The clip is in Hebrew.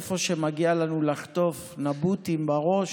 איפה שמגיע לנו לחטוף נבוטים בראש,